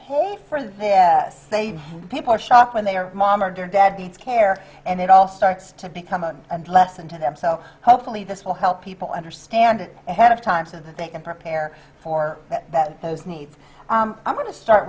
pay for they say people are shocked when they are mom or dad needs care and it all starts to become a lesson to them so hopefully this will help people understand ahead of time so that they can prepare for that those needs i'm going to start